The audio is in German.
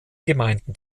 gemeinden